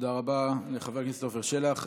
תודה רבה לחבר הכנסת עפר שלח.